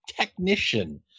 technician